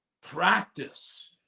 Practice